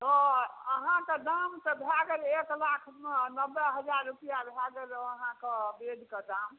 अहाँकेँ दाम तऽ भए गेल एक लाख नऽ नब्बे हजार रुपैआ भए गेल अहाँके बेडके दाम